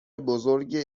بزرگ